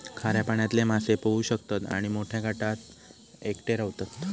खाऱ्या पाण्यातले मासे पोहू शकतत आणि मोठ्या गटात एकटे रव्हतत